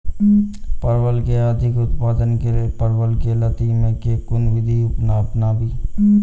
परवल केँ अधिक उत्पादन केँ लेल परवल केँ लती मे केँ कुन विधि अपनाबी?